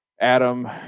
Adam